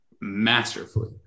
masterfully